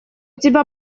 тебя